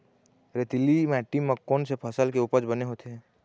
रेतीली माटी म कोन से फसल के उपज बने होथे?